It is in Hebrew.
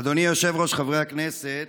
אדוני היושב-ראש, חברי הכנסת,